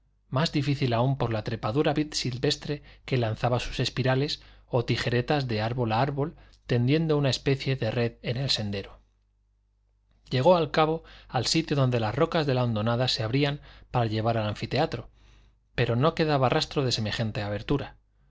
más difícil aún por la trepadora vid silvestre que lanzaba sus espirales o tijeretas de árbol a árbol tendiendo una especie de red en el sendero llegó al cabo al sitio donde las rocas de la hondonada se abrían para llevar al anfiteatro pero no quedaba rastro de semejante abertura